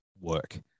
work